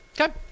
Okay